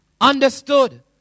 understood